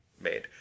made